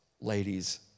Ladies